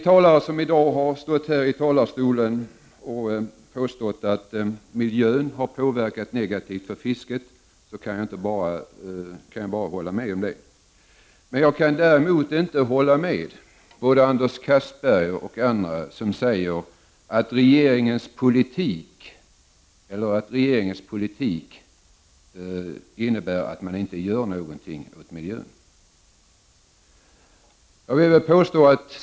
Jag kan bara hålla med de talare som i dag här påstått att miljön påverkat fisket negativt. Däremot kan jag inte hålla med Anders Castberger och andra som säger att regeringens politik innebär att man ingenting gör åt miljön.